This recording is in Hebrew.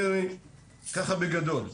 אני ככה בגדול,